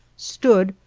stood,